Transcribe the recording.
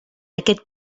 aquest